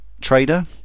trader